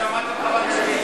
אני שמעתי אותך בטלוויזיה.